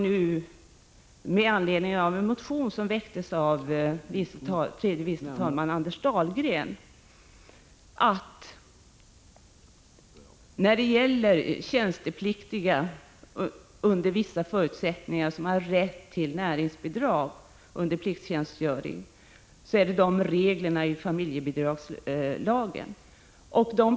Frågan aktualiseras i en motion som väcktes av tredje vice talmannen Anders Dahlgren om tjänstepliktiga som under vissa förutsättningar har rätt till näringsbidrag under plikttjänstgöringen. Det gäller reglerna i familjebidragslagen.